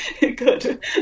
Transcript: good